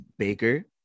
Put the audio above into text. Baker